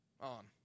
on